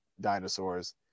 dinosaurs